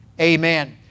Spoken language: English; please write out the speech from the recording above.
Amen